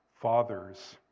fathers